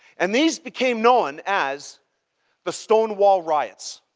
and these became known as the stonewall riots.